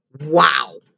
Wow